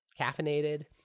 caffeinated